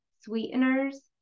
sweeteners